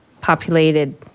populated